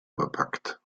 verpackt